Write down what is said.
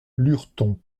lurton